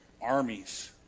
armies